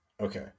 Okay